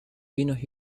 vinos